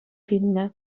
вилнӗ